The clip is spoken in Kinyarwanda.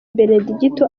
benedigito